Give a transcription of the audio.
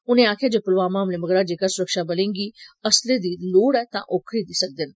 उनें आक्खेआ जे पुलवामा हमले मगरा जेक्कर सुरक्षाबलें गी असले दी लोड़ ऐ तां ओह् खरीदी सकदे न